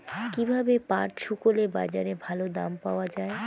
কীভাবে পাট শুকোলে বাজারে ভালো দাম পাওয়া য়ায়?